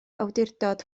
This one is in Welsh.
awdurdod